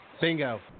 Bingo